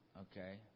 Okay